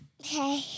Okay